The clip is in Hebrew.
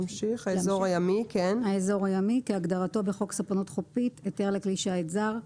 "האזור הימי" כהגדרתו בחוק ספנות חופית (היתר לכלי שיט זר),